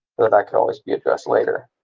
but that could always be addressed later.